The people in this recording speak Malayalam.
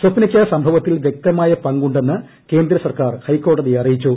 സ്വപ്നയ്ക്ക് സംഭവത്തിൽ വ്യക്തമായ പങ്കുണ്ടെന്ന് കേന്ദ്ര സ്ട്ർക്കാർ ഹൈക്കോടതിയെ അറിയിച്ചു